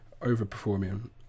Overperforming